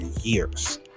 years